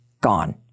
gone